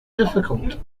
difficult